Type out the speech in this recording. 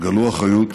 גלו אחריות.